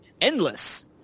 endless